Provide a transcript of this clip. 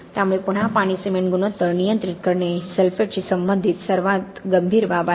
त्यामुळे पुन्हा पाणी सिमेंट गुणोत्तर नियंत्रित करणे ही सल्फेटशी संबंधित सर्वात गंभीर बाब आहे